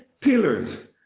pillars